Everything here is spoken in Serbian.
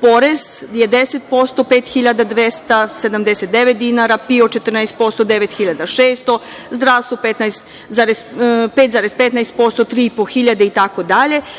Porez je 10%, 5.279 dinara, PIO 14%, 9.600, zdravstvo 5,15%, 3.500 itd.